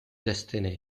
destiny